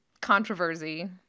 controversy